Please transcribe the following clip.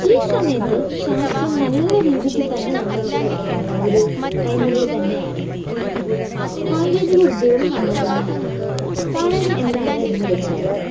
ഈ സമയത്ത് ശാസ്ത്രം നല്ല രീതിക്ക് തന്നെ നമ്മൾക്ക് ഒരു കൈ മുതൽ തന്നെയായിരുന്നു സാങ്കേതികവിദ്യകളും അങ്ങനെ തന്നെയായിരുന്നു കാരണം എന്താണ് എന്നുവച്ചാല്